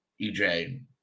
EJ